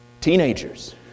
Teenagers